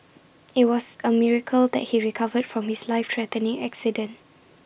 IT was A miracle that he recovered from his life threatening accident